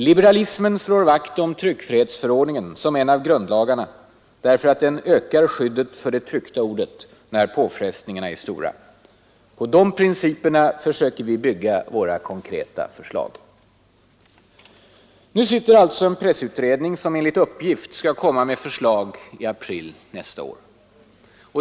——— Liberalismen slår vakt om tryckfrihetsförordningen som en av grundlagarna därför att den ökar skyddet för det tryckta ordet när påfrestningarna är stora.” På de principerna försöker vi bygga våra konkreta förslag. Nu sitter det alltså en pressutredning som enligt uppgift skall komma med förslag i april nästa år.